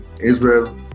Israel